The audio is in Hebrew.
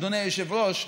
אדוני היושב-ראש,